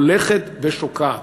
הולכת ושוקעת.